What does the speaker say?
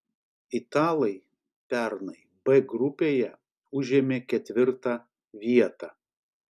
italai pernai b grupėje užėmė ketvirtą vietą